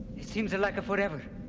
it seems like forever.